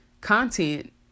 content